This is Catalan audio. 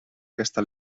aquesta